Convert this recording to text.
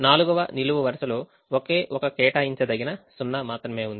4వ నిలువు వరుసలో ఒకే ఒక కేటాయించదగిన సున్నా మాత్రమే ఉంది